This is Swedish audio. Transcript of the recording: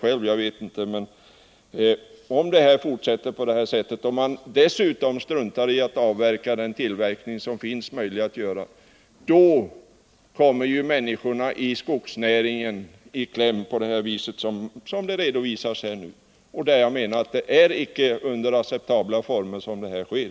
Om denna utveckling får fortsätta och om vi dessutom struntar i att avverka vår skog kommer de människor som är sysselsatta inom skogsnäringen i kläm, som redan redovisats här. Jag menar alltså att utvecklingen här inte sker i socialt acceptabla former.